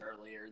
earlier